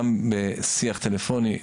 גם בשיח טלפוני,